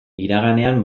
iraganean